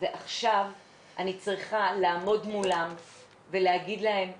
ועכשיו אני צריכה לעמוד מולם ולהגיד להם 'ילדים,